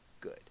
Good